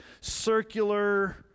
circular